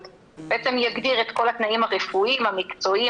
בעצם יגדיר את כל התנאים הרפואיים ,המקצועיים,